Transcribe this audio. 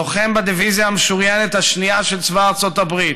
לוחם בדיביזיה המשוריינת השנייה של צבא ארצות הברית,